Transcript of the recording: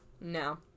No